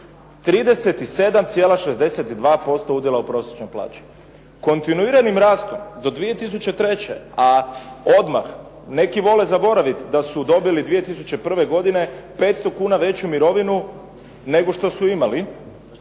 37,62% udjela u prosječnoj plaći. Kontinuiranim rastom do 2003. a odmah, neki vole zaboraviti da su dobili 2001. godine 500 kuna veću mirovinu nego što su imali,